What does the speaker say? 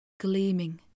gleaming